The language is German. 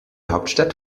hauptstadt